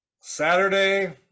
Saturday